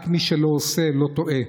רק מי שלא עושה לא טועה.